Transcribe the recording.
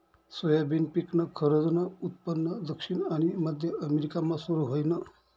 soybean पिकनं खरंजनं उत्पन्न दक्षिण आनी मध्य अमेरिकामा सुरू व्हयनं